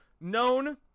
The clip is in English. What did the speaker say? known